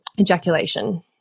ejaculation